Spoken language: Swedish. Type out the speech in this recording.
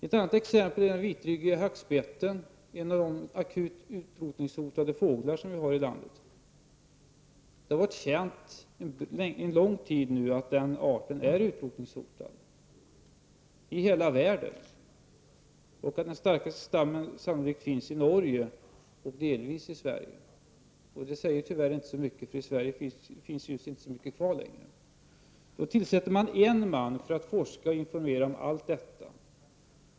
Ett annat exempel är den vitryggiga hackspetten, en av de akut utrotningshotade fåglar som finns i landet. Det har under lång tid varit känt att den arten är utrotningshotad i hela världen. Den starkaste stammen finns sannolikt i Norge och delvis i Sverige. Det senare säger tyvärr inte så mycket, därför att i vårt land finns inte särskilt många sådana fåglar kvar. Det tillsätts en enda man för att forska och informera om allt detta.